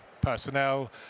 personnel